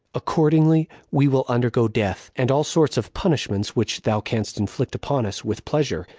accordingly we will undergo death, and all sorts of punishments which thou canst inflict upon us, with pleasure,